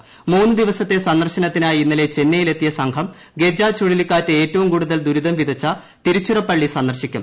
പേരാണ് മൂന്നു ദിവസത്തെ സന്ദർശനത്തിനായി ഇന്നലെ ചെന്നൈയിൽ എത്തിയ സംഘം ഗജ ചുഴലിക്കാറ്റ് ഏറ്റവും കൂടുതൽ ദുരിതം വിതച്ച തിരുച്ചിറപ്പള്ളി സന്ദർശിക്കും